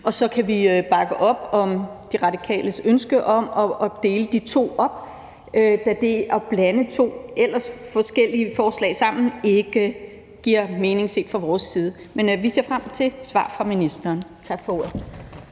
Og så kan vi bakke op om De Radikales ønske om at dele de to forslag op, da det at blande to ellers forskellige forslag sammen ikke giver mening set fra vores side. Men vi ser frem til et svar fra ministeren. Tak for ordet.